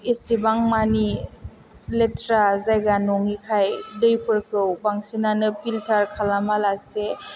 एसेबांमानि लेथ्रा जायगा नङैखाय दैफोरखौ बांसिनानो फिल्टार खालामा लासे